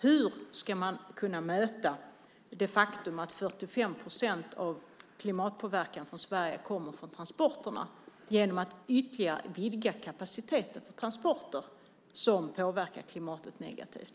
Hur ska man kunna möta det faktum att 45 procent av klimatpåverkan i Sverige kommer från transporterna genom att ytterligare vidga kapaciteten för transporter som påverkar klimatet negativt?